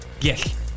Yes